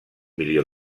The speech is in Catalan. milió